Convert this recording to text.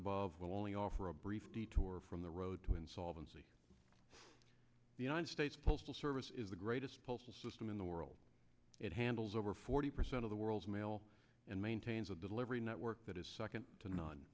above will only offer a brief detour from the road to insolvency the united states postal service is the greatest postal system in the world it handles over forty percent of the world's mail and maintains a delivery network that is second to non